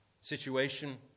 situation